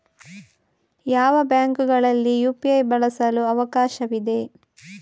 ಯಾವ ಬ್ಯಾಂಕುಗಳಲ್ಲಿ ಯು.ಪಿ.ಐ ಬಳಸಲು ಅವಕಾಶವಿದೆ?